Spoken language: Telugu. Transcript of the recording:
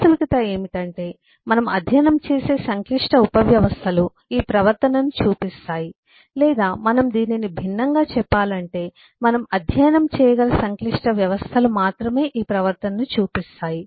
వాస్తవికత ఏమిటంటే మనము అధ్యయనం చేసే సంక్లిష్ట ఉపవ్యవస్థలు ఈ ప్రవర్తనను చూపిస్తాయి లేదా మనం దీనిని భిన్నంగా చెప్పాలంటే మనం అధ్యయనం చేయగల సంక్లిష్ట వ్యవస్థలు మాత్రమే ఈ ప్రవర్తనను చూపిస్తాయి